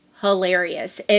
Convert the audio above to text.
hilarious